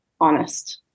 honest